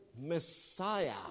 Messiah